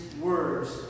words